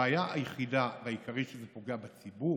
הבעיה היחידה והעיקרית היא שזה פוגע בציבור.